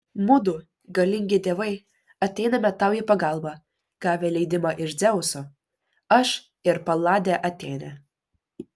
mudu galingi dievai ateiname tau į pagalbą gavę leidimą iš dzeuso aš ir paladė atėnė